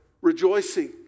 rejoicing